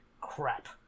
Crap